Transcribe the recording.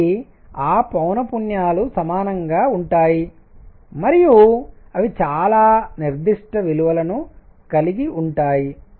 కాబట్టి ఆ పౌనఃపున్యాలు సమానంగా ఉంటాయి మరియు అవి చాలా నిర్దిష్ట విలువలను కలిగి ఉంటాయి